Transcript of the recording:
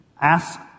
ask